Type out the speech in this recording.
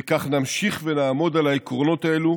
וכך נמשיך ונעמוד על העקרונות האלה